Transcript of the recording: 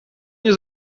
nie